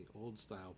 old-style